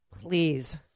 Please